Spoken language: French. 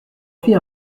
fit